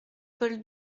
paul